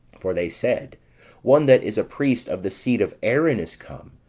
for they said one that is a priest of the seed of aaron is come,